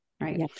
right